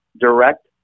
direct